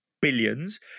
billions